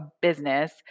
business